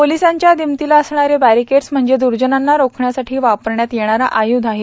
पोलिसांच्या दिमतीला असणारे बॅरीकेट्स म्हणजे द्रर्जनांना रोखण्यासाठी वापरण्यात येणारे आय्रध आहे